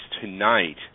tonight